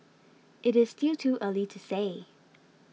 it is still too early to say